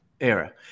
era